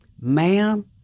ma'am